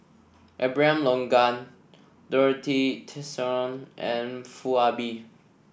Abraham Logan Dorothy Tessensohn and Foo Ah Bee